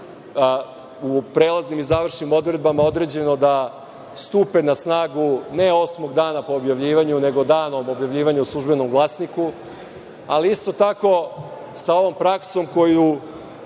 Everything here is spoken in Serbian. u prelaznim i završnim odredbama određeno da stupe na snagu ne osmog dana po objavljivanju, nego dan od objavljivanja u „Službenom glasniku“, ali isto tako sa ovom praksom koju